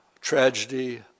tragedy